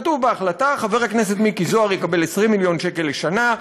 כתוב בהחלטה: חבר הכנסת מיקי זוהר יקבל 20 מיליון שקל לשנה,